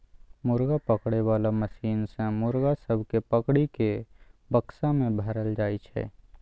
मुर्गा पकड़े बाला मशीन सँ मुर्गा सब केँ पकड़ि केँ बक्सा मे भरल जाई छै